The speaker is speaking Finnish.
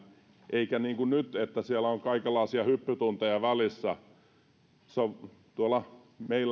eikä niin kuin nyt että siellä on kaikenlaisia hyppytunteja välissä meillä tuolla